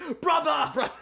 Brother